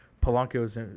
Polanco's